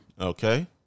Okay